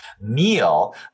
meal